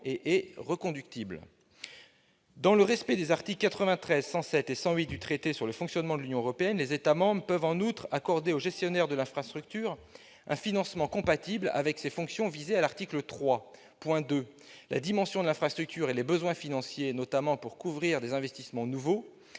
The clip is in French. et est reconductible. « Dans le respect des articles 93, 107 et 108 du traité sur le fonctionnement de l'Union européenne, les États membres peuvent en outre accorder au gestionnaire de l'infrastructure un financement compatible avec ses fonctions visées à l'article 3, point 2, la dimension de l'infrastructure et les besoins financiers, notamment pour couvrir des investissements nouveaux.